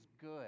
good